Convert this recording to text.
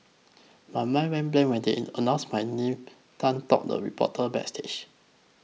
my mind went blank when they announced my name Tan told reporter backstage